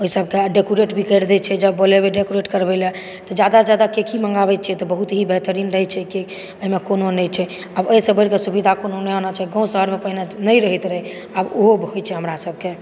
ओहि सभके डेकोरेट भी करि दै छै जब बोलेबै डेकोरेट करै लए तऽ जादासँ जादा केक ही मंगाबै छियै तऽ बहुत ही बेहतरीन रहै छै केक एहि मे कोनो नहि छै आब एहिसँ बढ़ि कऽ सुबिधा कोनो नहि होना चाही गाव शहरमे पहिने नहि रहैत रहै आब ओहो होइ छै हमरा सभके